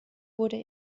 wurde